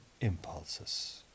impulses